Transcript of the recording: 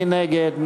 מי נגד?